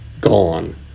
gone